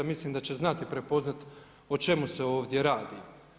Mislim da će znati prepoznati o čemu se ovdje radi.